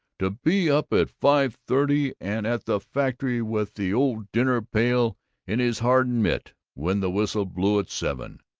to be up at five-thirty and at the factory with the ole dinner-pail in his hardened mitt when the whistle blew at seven,